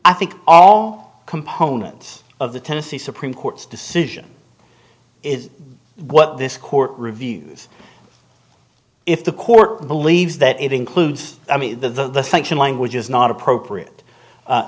i think all components of the tennessee supreme court's decision is what this court reviews if the court believes that it includes i mean the function language is not appropriate